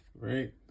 right